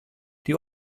die